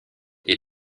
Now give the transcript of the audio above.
est